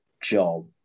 job